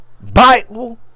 Bible